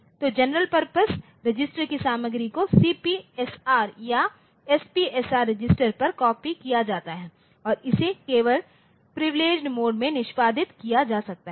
तो general purpose register की सामग्री को CPSR या SPSR रजिस्टर पर कॉपी किया जाता है और इसे केवल प्रिविलेजेड मोड में निष्पादित किया जा सकता है